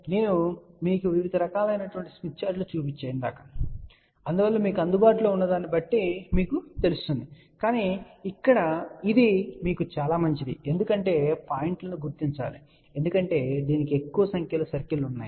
నేను మీకు వివిధ రకాలైన స్మిత్ చార్ట్లను చూపించాను అందువల్ల మీకు అందుబాటులో ఉన్నదాన్ని బట్టి మీకు తెలుస్తుంది కాని ఇక్కడ ఇది మీకు చాలా మంచిది ఎందుకంటే పాయింట్లను గుర్తించాలి ఎందుకంటే దీనికి ఎక్కువ సంఖ్యలో సర్కిల్లు ఉన్నాయి